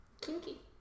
Kinky